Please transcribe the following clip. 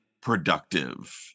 productive